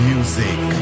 Music